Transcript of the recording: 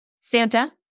Santa